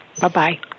Bye-bye